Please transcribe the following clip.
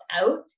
out